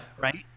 Right